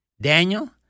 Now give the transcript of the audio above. Daniel